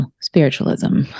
spiritualism